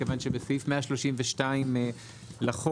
מכיוון שבסעיף 132 לחוק,